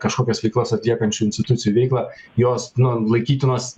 kažkokias veiklas atliekančių institucijų veiklą jos nu laikytinos